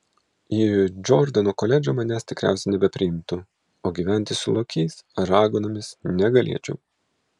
į džordano koledžą manęs tikriausiai nebepriimtų o gyventi su lokiais ar raganomis negalėčiau